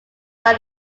than